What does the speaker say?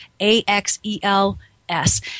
A-X-E-L-S